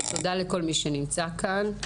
תודה לכל מי שנמצא כאן.